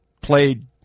played